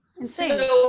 Insane